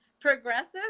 progressive